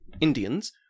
Indians